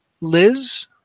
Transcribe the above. Liz